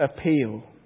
appeal